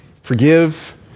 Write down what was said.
forgive